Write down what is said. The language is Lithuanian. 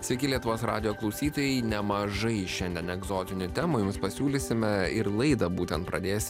taigi lietuvos radijo klausytojai nemažai šiandien egzotinių temų jums pasiūlysime ir laidą būtent pradės